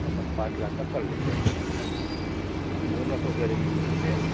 अपन पाँच लाख का कर लेते है फिर इसमें बोनस वगैरह भी मिलते हैं